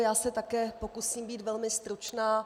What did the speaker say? Já se také pokusím být velmi stručná.